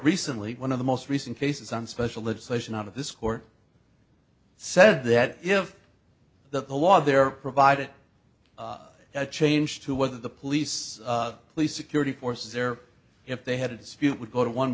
recently one of the most recent cases on special legislation out of this court said that if that the law there provided a change to whether the police police security forces there if they had a dispute would go to one